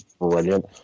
brilliant